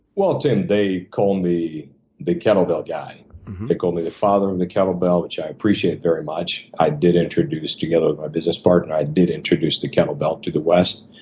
well, tim, they call me the kettle bell guy. they call me the father of the kettle bell, which i appreciate very much. i did introduce, together with my business partner, i did introduce the kettle bell to the west.